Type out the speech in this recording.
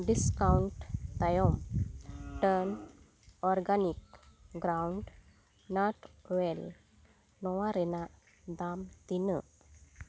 discount ᱛᱟᱭᱚᱢ turn organic groundnut oil ᱱᱚᱣᱟ ᱨᱮᱱᱟᱜ ᱫᱟᱢ ᱛᱤᱱᱟᱹᱜ